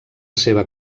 seva